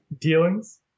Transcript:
dealings